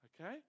Okay